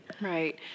Right